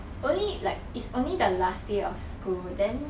only like it's only the last day of school then